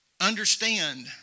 understand